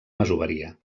masoveria